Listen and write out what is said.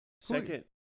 second